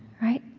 right?